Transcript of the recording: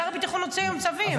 שר הביטחון הוציא היום צווים.